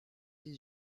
ses